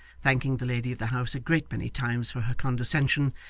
thanking the lady of the house a great many times for her condescension,